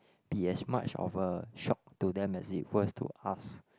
be as much of a shop to them as equals to us